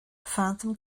phantom